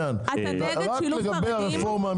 העמדה שלי היא בעד שילוב חרדים.